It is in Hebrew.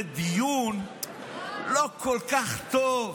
זה דיון לא כל כך טוב.